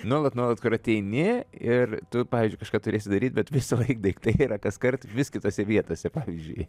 nuolat nuolat kur ateini ir tu pavyzdžiui kažką turėsi daryt bet visąlaik daiktai yra kaskart vis kitose vietose pavyzdžiui